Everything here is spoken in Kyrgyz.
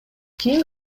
кийин